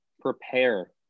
Prepare